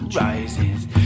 rises